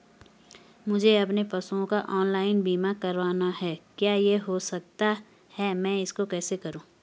मुझे अपने पशुओं का ऑनलाइन बीमा करना है क्या यह हो सकता है मैं इसको कैसे करूँ?